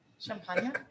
Champagne